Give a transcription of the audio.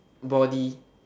body